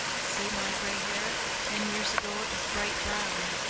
see my grey hair ten years ago it was bright brown.